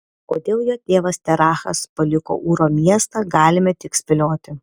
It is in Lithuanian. kodėl jo tėvas terachas paliko ūro miestą galime tik spėlioti